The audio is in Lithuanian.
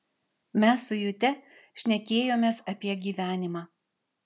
mes su jute šnekėjomės apie gyvenimą